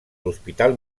l’hospital